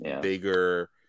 bigger